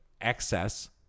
excess